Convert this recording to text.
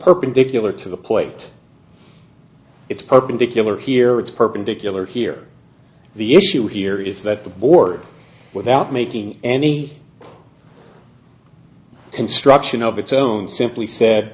perpendicular to the plate it's perpendicular here it's perpendicular here the issue here is that the board without making any construction of its own simply said